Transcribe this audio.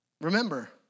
Remember